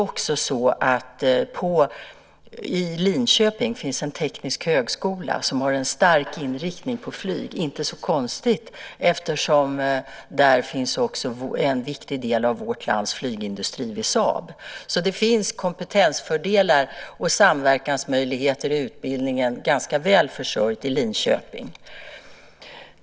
I Linköping finns dessutom en teknisk högskola som har en stark inriktning på flyg. Det är inte så konstigt eftersom en viktig del av vårt lands flygindustri i form av Saab ligger där. Det är alltså ganska väl försörjt med kompetensfördelar och samverkansmöjligheter i Linköping.